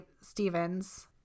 Stevens